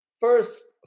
first